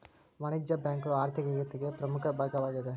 ವಾಣಿಜ್ಯ ಬ್ಯಾಂಕುಗಳು ಆರ್ಥಿಕತಿಗೆ ಪ್ರಮುಖ ಭಾಗವಾಗೇದ